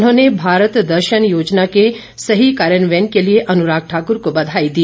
उन्होंने भारत दर्शन योजना के सही कार्यान्वयन के लिए अनुराग ठाकुर को बधाई दी